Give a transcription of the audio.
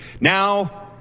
Now